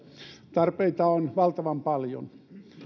tarpeita on valtavan paljon